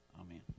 amen